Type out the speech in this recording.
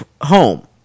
home